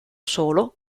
solo